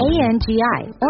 A-N-G-I